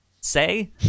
say